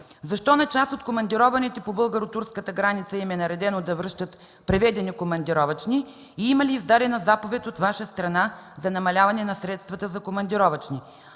защо на част от командированите по българо-турската граница им е наредено да връщат преведени командировъчни и има ли издадена заповед от Ваша страна за намаляване на средствата за командировъчни?